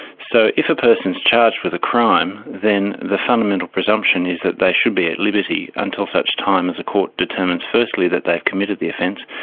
so if a person's charged with a crime, then the fundamental presumption is that they should be at liberty until such time as a court determines firstly that they've committed the offence,